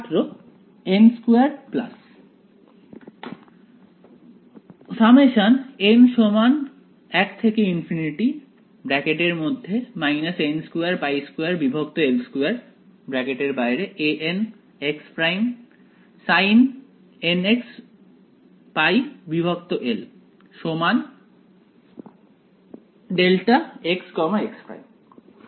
ছাত্র n2 n2π2 l2 an x' sinnπxl δ xx'